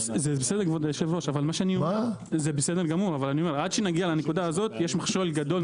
אבל עד שנגיע לנקודה הזאת יש מכשול גדול.